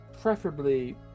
preferably